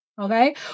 okay